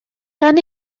gan